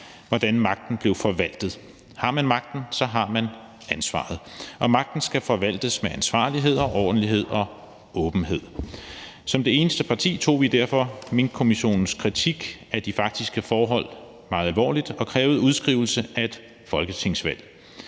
hvordan magten blev forvaltet. Har man magten, har man ansvaret, og magten skal forvaltes med ansvarlighed, ordentlighed og åbenhed. Som det eneste parti tog vi derfor Minkkommissionens kritik af de faktiske forhold meget alvorligt og krævede udskrivelse af et folketingsvalg,